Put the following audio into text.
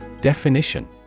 Definition